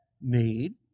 need